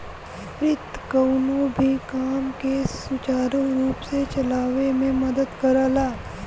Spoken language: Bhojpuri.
वित्त कउनो भी काम के सुचारू रूप से चलावे में मदद करला